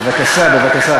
בבקשה, בבקשה.